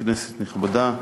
כנסת נכבדה,